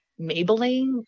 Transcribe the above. Maybelline